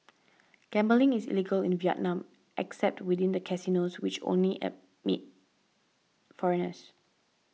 gambling is illegal in Vietnam except within the casinos which only admit foreigners